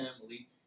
family